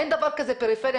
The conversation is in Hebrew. אין דבר כזה פריפריה,